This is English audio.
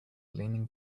leaning